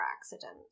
accident